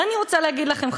ואני רוצה להגיד לכם,